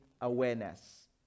awareness